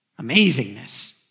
amazingness